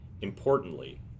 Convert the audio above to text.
Importantly